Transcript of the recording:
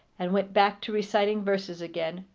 and went back to reciting verses again,